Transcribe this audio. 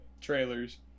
trailers